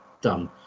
done